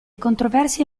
controversie